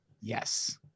yes